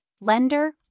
lender